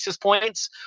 points